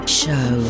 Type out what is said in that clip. show